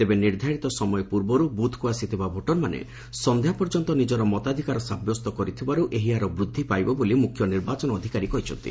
ତେବେ ନିର୍ଦ୍ଧାରିତ ସମୟ ପୂର୍ବରୁ ବୁଥ୍କୁ ଆସିଥିବା ଭୋଟରମାନେ ସଂଧ୍ଧା ପର୍ଯ୍ୟନ୍ତ ନିକର ମତାଧ୍କାର ସାବ୍ୟସ୍ତ କରିଥିବାରୁ ଏହି ହାର ବୃଦ୍ଧିପାଇବ ବୋଲି ମୁଖ୍ୟ ନିର୍ବାଚନ ଅଧିକାରୀ କହିଛନ୍ତି